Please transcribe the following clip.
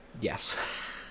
Yes